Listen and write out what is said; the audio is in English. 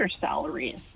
salaries